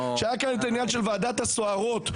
בהקשר לעניין של ועדת הסוהרות,